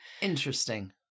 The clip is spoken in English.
Interesting